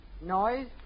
Noise